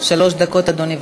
שלוש דקות, אדוני.